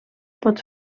pot